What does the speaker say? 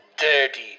Dirty